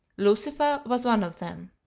lucifer was one of them.